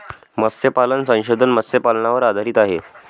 मत्स्यपालन संशोधन मत्स्यपालनावर आधारित आहे